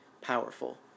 powerful